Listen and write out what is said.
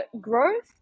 growth